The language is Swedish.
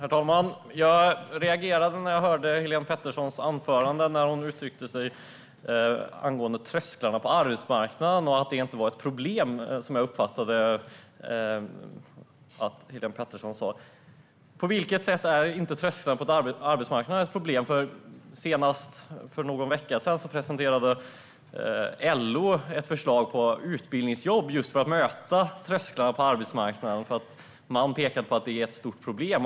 Herr talman! Jag reagerade när jag hörde Helén Petterssons anförande när hon uttryckte sig angående trösklarna på arbetsmarknaden och att det inte var ett problem, som jag uppfattade att Helén Pettersson sa. På vilket sätt är inte trösklarna på arbetsmarknaden ett problem? Senast för någon vecka sedan presenterade LO ett förslag om utbildningsjobb just för att möta trösklarna på arbetsmarknaden. De pekade på att det är ett stort problem.